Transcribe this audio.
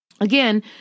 Again